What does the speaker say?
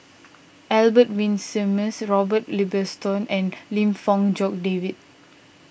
Albert Winsemius Robert Ibbetson and Lim Fong Jock David